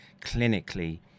clinically